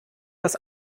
das